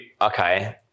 Okay